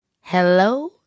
hello